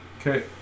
okay